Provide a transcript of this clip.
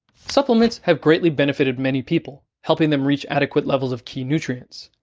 supplements have greatly benefited many people, helping them reach adequate levels of key nutrients,